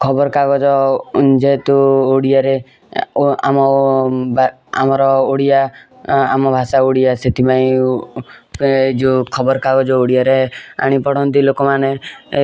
ଖବର କାଗଜ ଯେହେତୁ ଓଡ଼ିଆରେ ଆମ ଆମର ଓଡ଼ିଆ ଆମ ଭାଷା ଓଡ଼ିଆ ସେଥିପାଇଁ ଏ ଯେଉଁ ଖବର କାଗଜ ଓଡ଼ିଆରେ ଆଣି ପଢ଼ନ୍ତି ଲୋକ ମାନେ